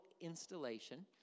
installation